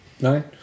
Nine